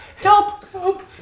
help